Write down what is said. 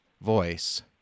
voice